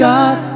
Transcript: God